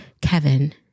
Kevin